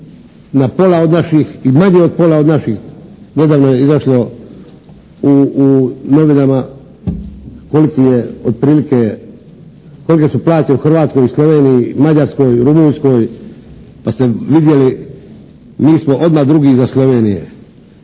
na pola od naših i manje od pola od naših. Nedavno je izašlo u novinama koliki je otprilike, kolike su plaće u Hrvatskoj i Sloveniji, Mađarskoj, Rumunjskoj pa ste vidjeli mi smo odmah drugi iza Slovenije